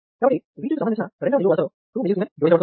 కాబట్టి V2 కి సంబంధించిన రెండవ నిలువు వరసలో 2mS జోడించబడుతోంది